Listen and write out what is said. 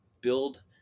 build